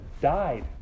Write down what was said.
died